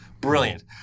Brilliant